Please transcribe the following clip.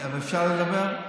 אפשר לדבר?